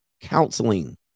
counseling